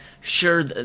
sure